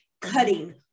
cutting